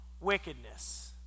wickedness